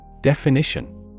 Definition